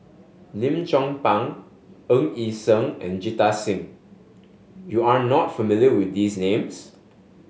Lim Chong Pang Ng Yi Sheng and Jita Singh you are not familiar with these names